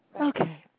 Okay